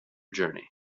journey